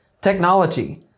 technology